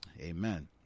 Amen